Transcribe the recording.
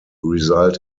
result